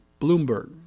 Bloomberg